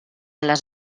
les